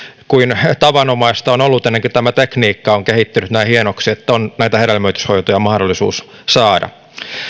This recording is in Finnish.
kuin tavanomaista on ollut ennen kuin tämä tekniikka on kehittynyt näin hienoksi että on näitä hedelmöityshoitoja mahdollisuus saada